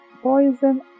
poison